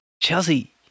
Chelsea